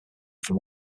from